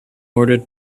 order